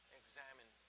examine